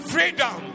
Freedom